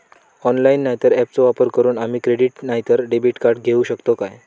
Online नाय तर ऍपचो वापर करून आम्ही क्रेडिट नाय तर डेबिट कार्ड घेऊ शकतो का?